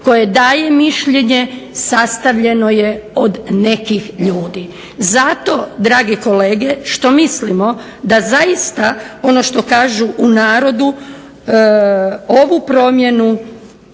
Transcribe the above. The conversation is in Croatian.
koje daje mišljenje, sastavljeno je od nekih ljudi. Zato dragi kolege što mislimo da zaista ono što kažu u narodu ovu promjenu